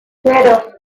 cero